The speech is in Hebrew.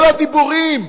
כל הדיבורים